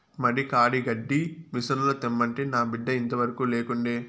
మడి కాడి గడ్డి మిసనుల తెమ్మంటే నా బిడ్డ ఇంతవరకూ లేకుండే